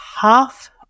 half